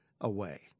away